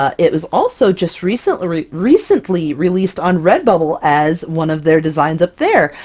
ah it was also just recently recently released on redbubble as one of their designs up there!